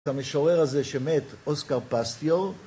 המשורר הזה שמת, אוסקר פסטיור